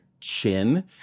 chin